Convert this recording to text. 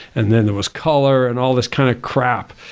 and then there was color and all of this kind of crap,